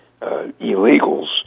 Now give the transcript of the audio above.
illegals